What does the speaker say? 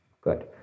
Good